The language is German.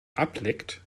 ableckt